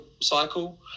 cycle